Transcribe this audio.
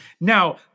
now